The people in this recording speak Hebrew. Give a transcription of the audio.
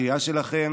והקריאה שלכם